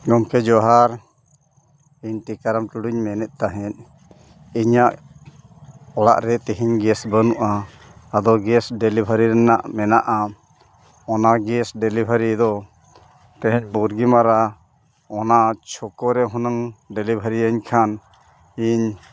ᱜᱚᱢᱠᱮ ᱡᱚᱦᱟᱨ ᱤᱧ ᱴᱤᱠᱟᱨᱟᱢ ᱴᱩᱰᱩᱧ ᱢᱮᱱᱮᱫ ᱛᱟᱦᱮᱸᱫ ᱤᱧᱟᱹᱜ ᱚᱲᱟᱜ ᱨᱮ ᱛᱮᱦᱮᱧ ᱜᱮᱥ ᱵᱟᱹᱱᱩᱜᱼᱟ ᱟᱫᱚ ᱜᱮᱥ ᱰᱮᱞᱤᱵᱷᱟᱨᱤ ᱨᱮᱱᱟᱜ ᱢᱮᱱᱟᱜᱼᱟ ᱚᱱᱟ ᱜᱮᱥ ᱰᱮᱞᱤᱵᱷᱟᱨᱤ ᱫᱚ ᱛᱮᱦᱮᱧ ᱵᱩᱨᱜᱤ ᱢᱟᱨᱟ ᱚᱱᱟ ᱪᱷᱚᱠᱚᱨᱮ ᱦᱩᱱᱟᱹᱝ ᱰᱮᱞᱤᱵᱷᱟᱨᱤᱭᱟᱹᱧ ᱠᱷᱟᱱ ᱤᱧ